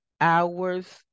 hours